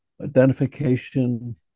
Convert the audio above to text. identification